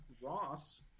ross